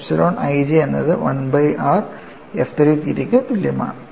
epsilon ij എന്നത് 1 by r f 3 തീറ്റയ്ക്ക് തുല്യമാണ്